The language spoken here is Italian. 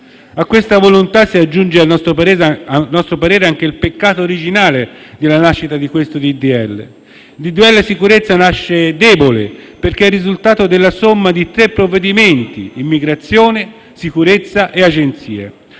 A questa volontà si aggiunge, a nostro parere, anche il peccato originale della nascita di questo decreto-legge. Il decreto sicurezza nasce debole, perché è il risultato della somma di tre provvedimenti: immigrazione, sicurezza e agenzia.